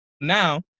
now